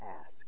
ask